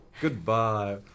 Goodbye